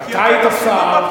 אתה היית שר,